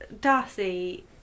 Darcy